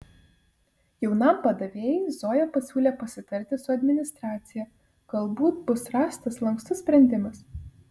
jaunam padavėjui zoja pasiūlė pasitarti su administracija galbūt bus rastas lankstus sprendimas